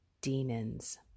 demons